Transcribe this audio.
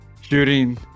shooting